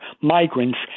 migrants